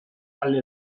alle